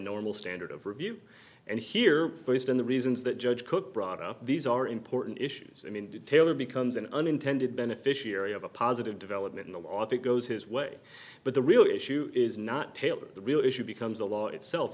normal standard of review and here based on the reasons that judge cook brought up these are important issues i mean detail or becomes an unintended beneficiary of a positive development in the op it goes his way but the real issue is not taylor the real issue becomes the law itself